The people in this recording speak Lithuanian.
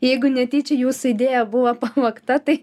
jeigu netyčia jūsų idėja buvo pavogta tai